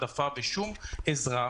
הדעה שלי שאנחנו מומחים גדולים בשעת חירום,